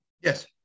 Yes